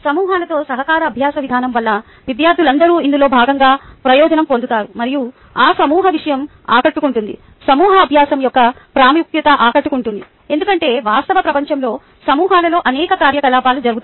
సమూహాలలో సహకార అభ్యాస విధానం వల్ల విద్యార్థులందరూ ఇందులో భాగంగా ప్రయోజనం పొందుతారు మరియు ఆ సమూహ విషయం ఆకట్టుకుంటుంది సమూహ అభ్యాసం యొక్క ప్రాముఖ్యత ఆకట్టుకుంటుంది ఎందుకంటే వాస్తవ ప్రపంచంలో సమూహాలలో అనేక కార్యకలాపాలు జరుగుతాయి